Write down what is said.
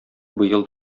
быел